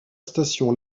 station